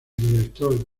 director